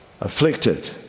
afflicted